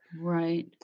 Right